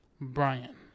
Brian